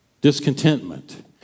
discontentment